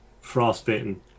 frostbitten